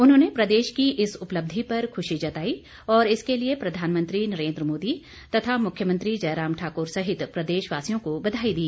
उन्होंने प्रदेश की इस उपलब्धि पर खुशी जताई और इसके लिए प्रधानमंत्री नरेन्द्र मोदी तथा मुख्यमंत्री जयराम ठाकुर सहित प्रदेश वासियों को बधाई दी